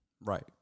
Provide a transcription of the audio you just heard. Right